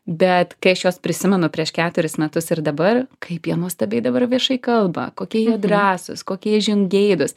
bet kai aš juos prisimenu prieš keturis metus ir dabar kaip jie nuostabiai dabar viešai kalba kokie jie drąsūs kokie jie žingeidūs